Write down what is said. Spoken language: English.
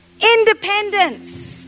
independence